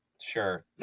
Sure